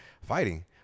fighting